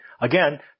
Again